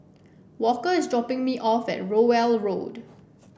walker is dropping me off at Rowell Road